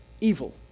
Evil